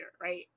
right